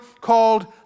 called